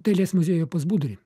dailės muziejuje pas budrį